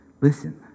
listen